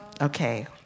okay